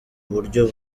buryo